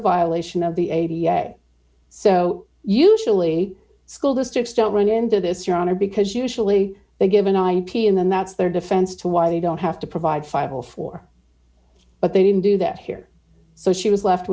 a violation of the a b a so usually school districts don't run into this your honor because usually they give an ip and then that's their defense to why they don't have to provide five or four but they didn't do that here so she was left